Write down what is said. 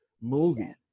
movie